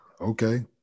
Okay